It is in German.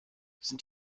sind